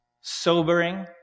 sobering